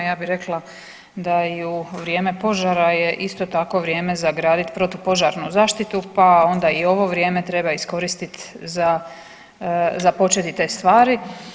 Ja bi rekla da i u vrijeme požara je isto tako vrijeme za gradit protupožarnu zaštitu, pa onda i ovo vrijeme treba iskoristit za započeti te stvari.